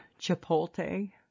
chipotle